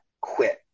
quit